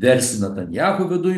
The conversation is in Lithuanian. versiti natanjahu viduj